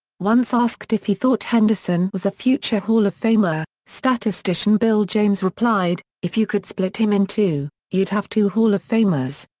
once asked if he thought henderson was a future hall of famer, statistician bill james replied, if you could split him in two, you'd have two hall of famers.